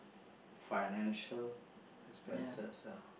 financial expenses ah